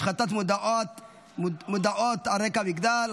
השחתת מודעות על רקע מגדר),